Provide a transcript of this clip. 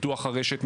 בפיתוח הרשת,